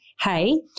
hey